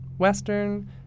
Western